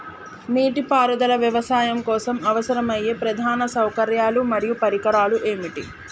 నీటిపారుదల వ్యవసాయం కోసం అవసరమయ్యే ప్రధాన సౌకర్యాలు మరియు పరికరాలు ఏమిటి?